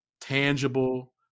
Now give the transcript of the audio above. tangible